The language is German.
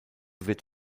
wird